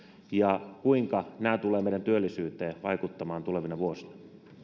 ja kuinka nämä tulevat meidän työllisyyteen vaikuttamaan tulevina vuosina